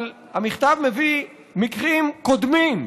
אבל המכתב מביא מקרים קודמים,